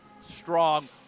strong